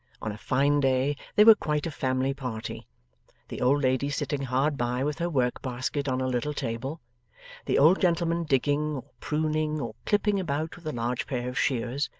on a fine day they were quite a family party the old lady sitting hard by with her work-basket on a little table the old gentleman digging, or pruning, or clipping about with a large pair of shears,